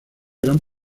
gran